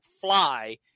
fly